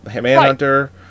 Manhunter